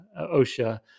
OSHA